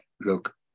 look